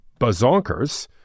bazonkers